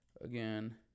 again